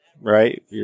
right